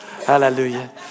Hallelujah